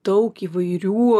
daug įvairių